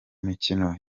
mikino